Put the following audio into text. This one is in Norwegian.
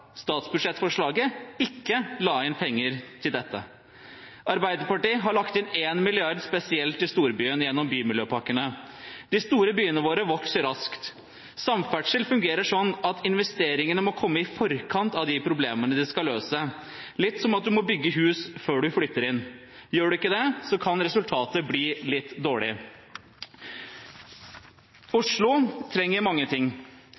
statsbudsjettforslaget, ikke la inn penger til dette. Arbeiderpartiet har lagt inn 1 mrd. kr spesielt til storbyene gjennom bymiljøpakkene. De store byene våre vokser raskt. Samferdsel fungerer sånn at investeringene må komme i forkant av de problemene de skal løse, litt som at man må bygge hus før man flytter inn. Gjør man ikke det, kan resultatet bli dårlig. Oslo trenger mange ting.